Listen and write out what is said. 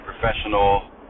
professional